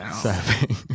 serving